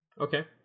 Okay